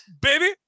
Baby